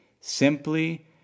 simply